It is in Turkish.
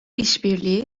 işbirliği